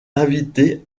invité